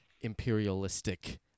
imperialistic